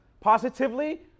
positively